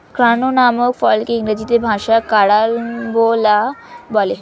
ক্রাঞ্চ নামক ফলকে ইংরেজি ভাষায় কারাম্বলা বলে